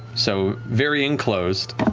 so very enclosed,